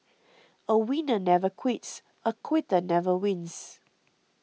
a winner never quits a quitter never wins